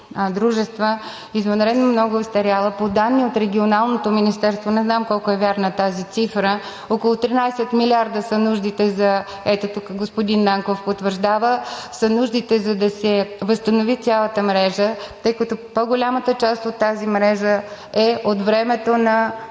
дружества извънредно много е остаряла. По данни от Регионалното министерство – не знам доколко вярна е тази цифра, около 13 милиарда са нуждите – ето, тук господин Нанков потвърждава, за да се възстанови цялата мрежа, тъй като по-голямата част от тази мрежа е от времето на